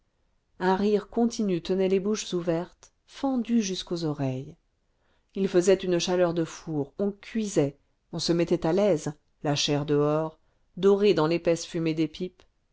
un rire continu tenait les bouches ouvertes fendues jusqu'aux oreilles il faisait une chaleur de four on cuisait on se mettait à l'aise la chair dehors dorée dans l'épaisse fumée des pipes